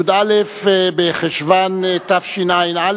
י"א בחשוון התשע"א,